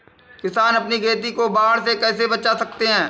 किसान अपनी खेती को बाढ़ से कैसे बचा सकते हैं?